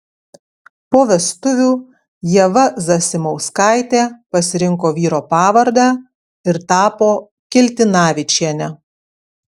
po vestuvių ieva zasimauskaitė pasirinko vyro pavardę ir tapo kiltinavičiene